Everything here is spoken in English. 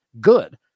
Good